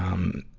um,